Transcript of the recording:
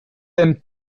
aime